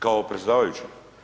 Kao predsjedavajući.